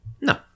No